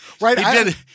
Right